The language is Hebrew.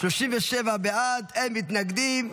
37 בעד, אין מתנגדים.